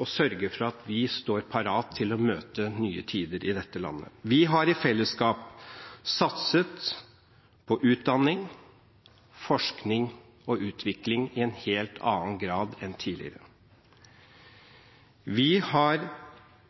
å sørge for at vi står parat til å møte nye tider i dette landet. Vi har i fellesskap satset på utdanning, forskning og utvikling i en helt annen grad enn tidligere. Vi har